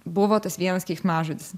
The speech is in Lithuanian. buvo tas vienas keiksmažodis